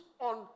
on